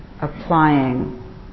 applying